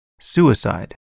suicide